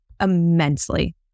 immensely